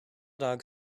dog